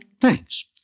Thanks